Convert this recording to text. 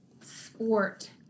sport